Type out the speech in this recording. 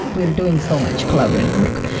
we're doing so much collaborative work,